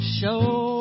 show